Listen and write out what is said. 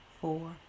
four